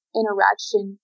interaction